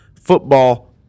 football